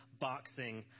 boxing